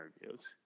interviews